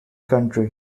country